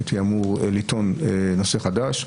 הייתי אמור לטעון נושא חדש.